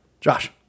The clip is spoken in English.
Josh